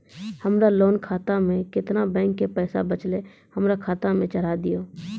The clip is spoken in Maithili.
हमरा लोन खाता मे केतना बैंक के पैसा बचलै हमरा खाता मे चढ़ाय दिहो?